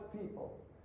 people